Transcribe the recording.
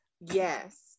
Yes